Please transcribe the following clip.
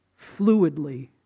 fluidly